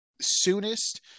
soonest